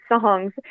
songs